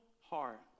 heart